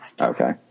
okay